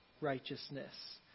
righteousness